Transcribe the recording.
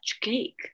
cake